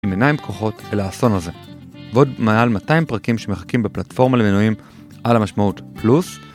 עם עיניים פקוחות אל האסון הזה ועוד מעל 200 פרקים שמחכים בפלטפורמה למינויים על המשמעות פלוס